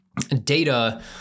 data